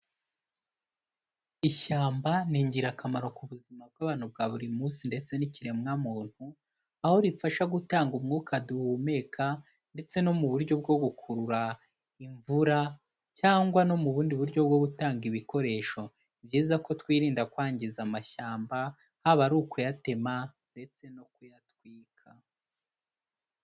Ishyamba ni ingirakamaro ku buzima bw'abantu bwa buri munsi ndetse n'ikiremwamuntu, aho rifasha gutanga umwuka duhumeka ndetse no mu buryo bwo gukurura imvura cyangwa no mu bundi buryo bwo gutanga ibikoresho, ni byiza ko twirinda kwangiza amashyamba haba ari ukuyatema ndetse no kuyatwika.